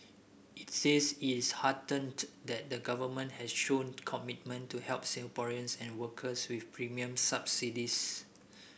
it says it is heartened that the Government has shown commitment to help Singaporeans and workers with premium subsidies